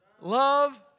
love